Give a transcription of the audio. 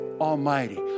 almighty